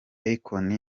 akon